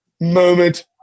moment